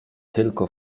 tylko